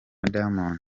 diamond